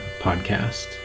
Podcast